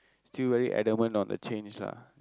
still very adamant on the change lah